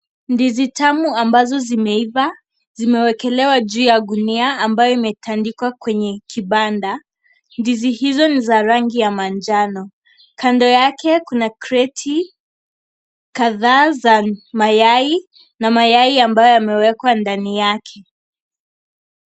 Ndizi tamu ambazo zimeiva. Zimewekelewa juu ya gunia ambayo imetandikwa kwenye kibanda. Ndizi hizo, ni za rangi ya manjano. Kando yake, kuna kreti kadhaa za mayai na mayai ambayo yamewekwa ndani yake.